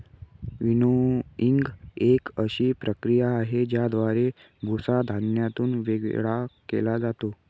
winnowing एक अशी प्रक्रिया आहे, ज्याद्वारे भुसा धान्यातून वेगळा केला जातो